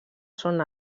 són